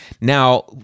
Now